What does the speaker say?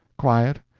quiet,